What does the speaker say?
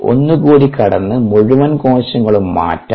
ഒന്നുകൂടി കടന്ന് മുഴുവൻ കോശങ്ങളും മാറ്റാം